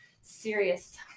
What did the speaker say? serious